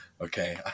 Okay